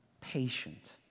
patient